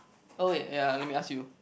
oh ya let me ask you